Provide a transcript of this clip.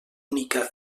única